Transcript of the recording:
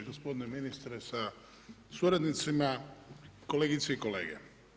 Gospodine Ministre sa suradnicima, kolegice i kolege.